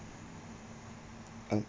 uh